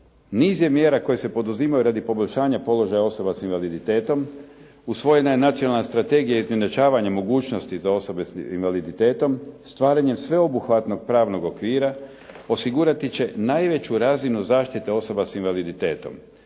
Niz je mjera koje se poduzimaju radi poboljšanja položaja osoba s invaliditetom. Usvojena je Nacionalna strategija izjednačavanja mogućnosti za osobe s invaliditetom stvaranjem sveobuhvatnog pravnog okvira osigurati će najveću razinu zaštite osoba s invaliditetom.